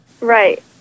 Right